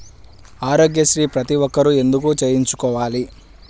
ఆరోగ్యశ్రీ ప్రతి ఒక్కరూ ఎందుకు చేయించుకోవాలి?